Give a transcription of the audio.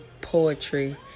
poetry